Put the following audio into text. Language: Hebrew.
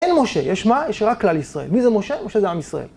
אין משה, יש מה? יש רק כלל ישראל. מי זה משה? משה זה עם ישראל.